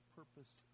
purpose